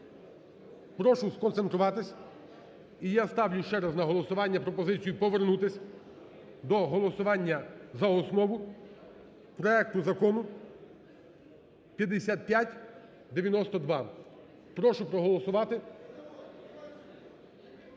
прошу сконцентруватись і я ставлю ще раз на голосування пропозицію повернутись до голосування за основу проекту Закону 5592, прошу проголосувати